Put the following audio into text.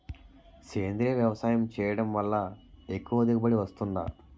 సేంద్రీయ వ్యవసాయం చేయడం వల్ల ఎక్కువ దిగుబడి వస్తుందా?